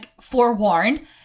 forewarned